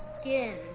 skin